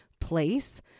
place